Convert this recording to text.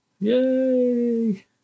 Yay